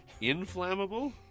Inflammable